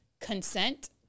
consent